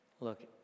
Look